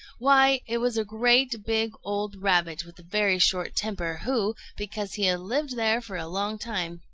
why, it was a great big old rabbit with a very short temper, who, because he had lived there for a long time,